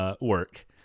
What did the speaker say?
work